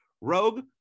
rogue